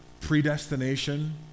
predestination